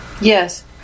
Yes